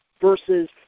versus